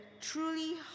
truly